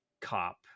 cop